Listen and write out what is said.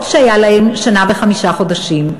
אף שהיו להם שנה וחמישה חודשים,